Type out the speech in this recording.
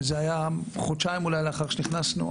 זה היה אולי חודשיים לאחר שנכנסנו,